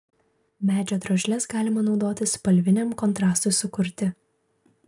medžio drožles galima naudoti spalviniam kontrastui sukurti